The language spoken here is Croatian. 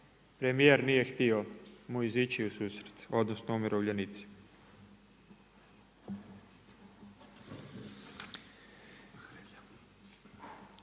premijer nije htio mu izići u susret, odnosno umirovljenicima.